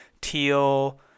teal